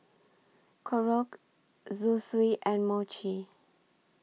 Korokke Zosui and Mochi